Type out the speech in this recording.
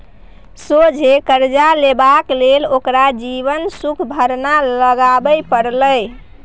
सोझे करजा लेबाक लेल ओकरा जमीन सुदभरना लगबे परलै